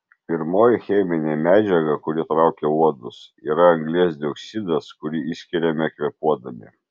pirmoji cheminė medžiaga kuri traukia uodus yra anglies dioksidas kurį išskiriame kvėpuodami